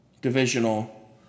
Divisional